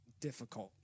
Difficult